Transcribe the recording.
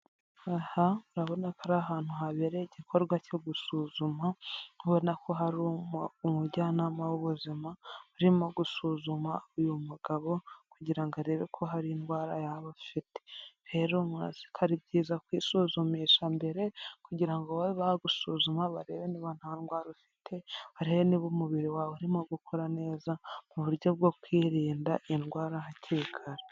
Aha urabona ko ari ahantu habereye igikorwa cyo gusuzuma uri kubona ko hari umujyanama w'ubuzima urimo gusuzuma uyu mugabo kugira arebe ko hari indwara yaba bafite. rero umuntu zi ko ari byiza kwisuzumisha mbere kugira babe bagusuzuma barebe niba nta ndwara ufite barebe niba umubiri wawe urimo gukora neza mu buryo bwo kwirinda indwara hakiri kare .